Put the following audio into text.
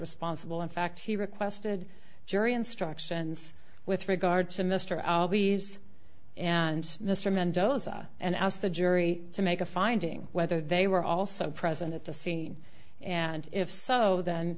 responsible in fact he requested jury instructions with regard to mister and mr mendoza and asked the jury to make a finding whether they were also present at the scene and if so then